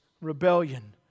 rebellion